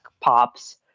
pops